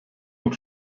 und